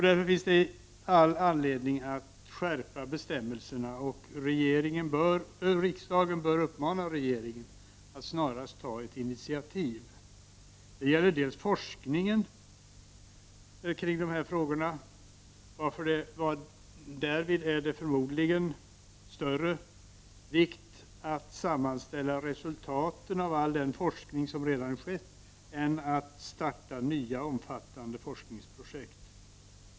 Därmed finns det all anledning att skärpa bestämmelserna, och riksdagen bör uppmana regeringen att snarast ta ett initiativ. Det gäller delvis forskningen kring dessa frågor, varvid det förmodligen är av större vikt att sammanställa resultaten av all den forskning som redan skett än att starta nya omfattande forskningsprojekt.